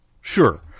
Sure